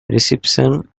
reception